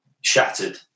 shattered